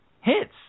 Hits